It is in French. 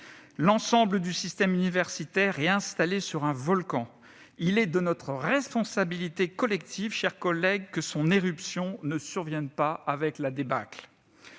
L'ensemble du système universitaire est installé sur un volcan ; il est de notre responsabilité collective, mes chers collègues, que son éruption ne survienne pas avec la débâcle.